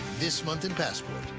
this month in passport,